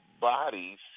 bodies